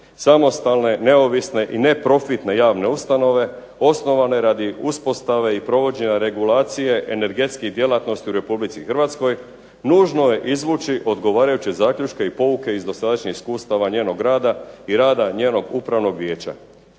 samostalne, neovisne i neprofitne javne ustanove osnovane radi uspostave i provođenja regulacije energetskih djelatnosti u Republici Hrvatskoj nužno je izvući odgovarajuće zaključke i pouke iz dosadašnjih iskustava njenog rada i rada njenog upravnog vijeća.